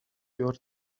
your